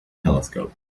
telescope